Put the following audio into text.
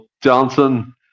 Johnson